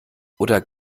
oder